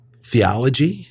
theology